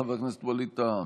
חבר הכנסת ווליד טאהא,